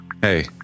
Hey